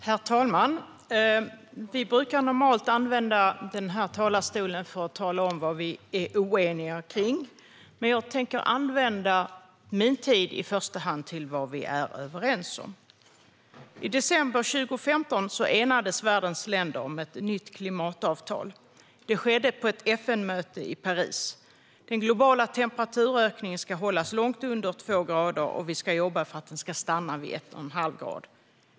Herr talman! Vi brukar normalt använda den här talarstolen för att tala om vad vi är oeniga om. Jag tänker dock använda min talartid i första hand till vad vi är överens om. I december 2015 enades världens länder om ett nytt klimatavtal. Detta skedde på ett FN-möte i Paris. Den globala temperaturökningen ska hållas långt under 2 grader, och vi ska jobba för att den ska stanna vid 1,5 grader.